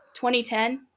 2010